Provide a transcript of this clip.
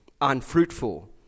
unfruitful